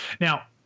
Now